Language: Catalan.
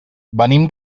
venim